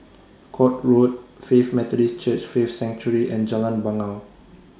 Court Road Faith Methodist Church Faith Sanctuary and Jalan Bangau